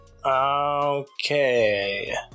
Okay